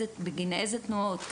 בגין אילו תנועות,